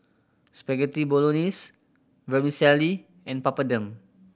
Spaghetti Bolognese Vermicelli and Papadum